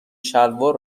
شلوار